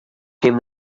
came